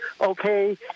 Okay